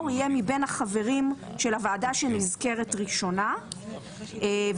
ראש יהיה מבין החברים של הוועדה שנזכרת ראשונה ולכן